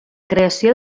creació